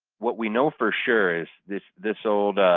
what we know for sure is this this old,